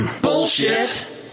Bullshit